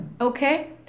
Okay